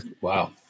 Wow